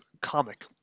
comic